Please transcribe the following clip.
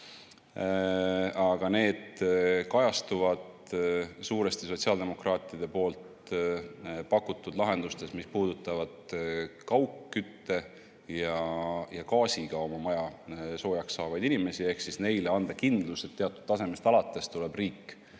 Need kajastuvad suuresti sotsiaaldemokraatide pakutud lahendustes, mis puudutavad kaugkütte ja gaasiga oma maja soojaks saavaid inimesi: anda neile kindlus, et teatud tasemest alates tuleb riik